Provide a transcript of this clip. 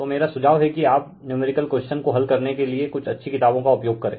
तो मेरा सुझाव है कि आप नुमेरिकल क्वेश्चन को हल करने के लिए कुछ अच्छी किताबो का उपयोग करे